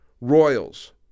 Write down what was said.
Royals